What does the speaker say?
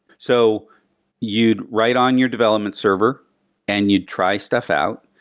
so you'd write on your development server and you'd try stuff out.